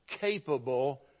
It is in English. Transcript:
capable